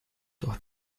doch